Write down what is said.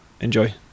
Enjoy